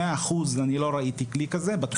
ב-100 אחוזים לא ראיתי כלי כזה בתחום הזה.